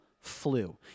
flu